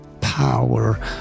power